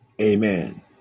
Amen